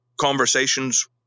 conversations